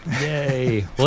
Yay